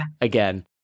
again